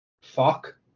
fuck